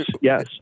yes